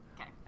Okay